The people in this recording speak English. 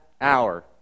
hour